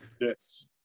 Yes